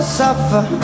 suffer